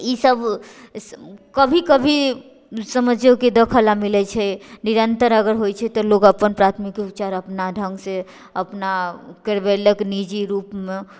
ईसब कभी कभी समझिओ कि देखैलए मिलै छै निरन्तर अगर होइ छै तऽ लोक अपन प्राथमिक उपचार अपना ढङ्गसँ अपना करबेलक निजी रूपमे